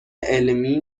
علمی